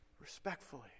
respectfully